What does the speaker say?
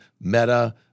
Meta